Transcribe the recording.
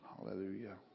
Hallelujah